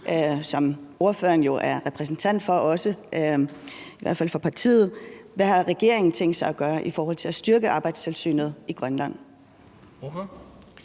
jo også er repræsentant for, eller i hvert fald for partiet, har tænkt sig at gøre i forhold til at styrke Arbejdstilsynet i Grønland.